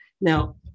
Now